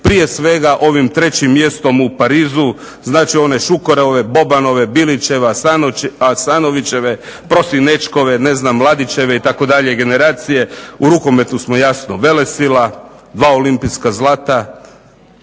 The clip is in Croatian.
prije svega ovim 3. mjestom u Parizu, znači one Šukerove, Bobanove, Bilivćeve, Asanovićeve, Prosinečkove, Ladićeve itd. generacije. U rukometu samo velesila, dva olimpijska zlata.